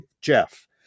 JEFF